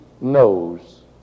knows